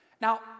Now